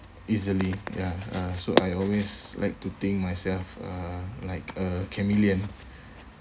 easily ya uh so I always like to think myself uh like a chameleon